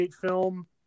film